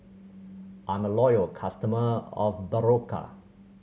I'm a loyal customer of Berocca